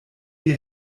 dir